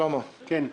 שלמה, בבקשה.